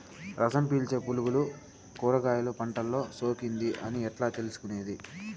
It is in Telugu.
రసం పీల్చే పులుగులు కూరగాయలు పంటలో సోకింది అని ఎట్లా తెలుసుకునేది?